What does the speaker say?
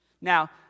Now